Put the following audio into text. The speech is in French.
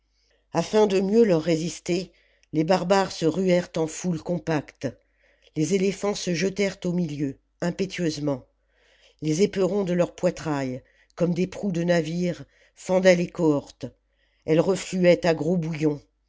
afin de mieux leur résister les barbares se ruèrent en loule compacte les éléphants se jetèrent au milieu impétueusement les éperons de leur poitrail comme des proues de navire fendaient les cohortes elles refluaient à gros bouillons